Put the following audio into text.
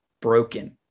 broken